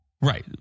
Right